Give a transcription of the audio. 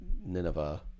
Nineveh